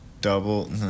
double